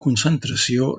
concentració